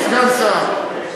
סגן השר,